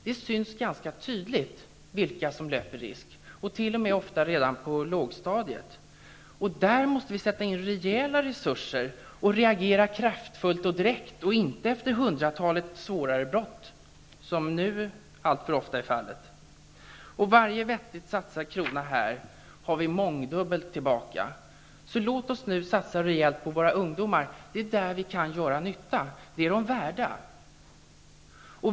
Det syns ganska tydligt vilka som löper den risken, ofta t.o.m. redan på lågstadiet. Där måste vi sätta in rejäla resurser samt agera kraftfullt och direkt, inte efter hundratalet svårare brott, som nu alltför ofta är fallet. Varje vettigt satsad krona här har vi mångdubbelt tillbaka. Så låt oss nu satsa rejält på våra ungdomar. Det är där vi kan göra nytta. Det är de värda.